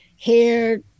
hair